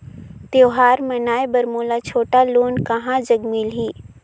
त्योहार मनाए बर मोला छोटा लोन कहां जग मिलही?